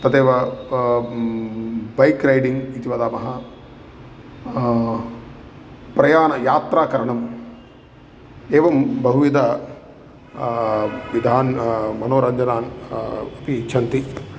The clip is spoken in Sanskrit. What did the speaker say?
तदैव ब बैक् रैडिङ्ग् इति वदामः प्रयाणं यात्राकरणं एवं बहुविधः विधान् मनोरञ्जनान् अपि इच्छन्ति